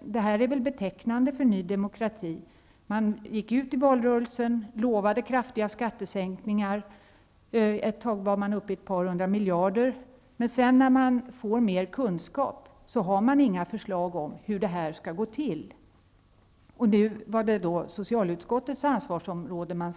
Det här är väl betecknande för Ny demokrati: man gick ut i valrörelsen, lovade kraftiga skattesänkningar -- ett tag var man uppe i ett par hundra miljarder -- men när man får mer kunskap har man inget förslag om hur det skall gå till. Den här gången gäller det socialutskottets ansvarsområde.